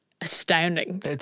astounding